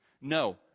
No